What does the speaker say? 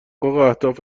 اهداف